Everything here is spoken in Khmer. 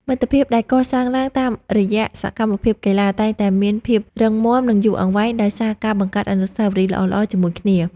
មិត្តភាពដែលកសាងឡើងតាមរយៈសកម្មភាពកីឡាតែងតែមានភាពរឹងមាំ និងយូរអង្វែងដោយសារការបង្កើតអនុស្សាវរីយ៍ល្អៗជាមួយគ្នា។